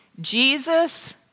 Jesus